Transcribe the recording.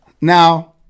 Now